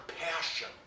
passion